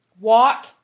walk